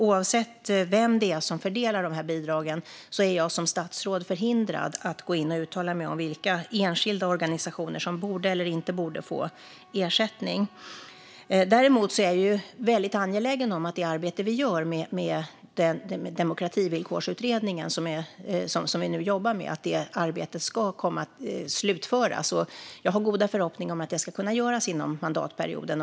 Oavsett vem som fördelar bidragen är jag som statsråd förhindrad att uttala mig om vilka enskilda organisationer som borde eller inte borde få ersättning. Jag är däremot väldigt angelägen om att det arbete som vi gör genom Demokrativillkorsutredningen ska slutföras. Jag har goda förhoppningar om att det ska kunna göras inom mandatperioden.